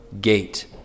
gate